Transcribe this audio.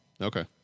Okay